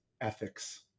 ethics